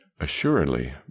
assuredly